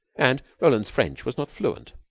and roland's french was not fluent.